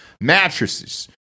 Mattresses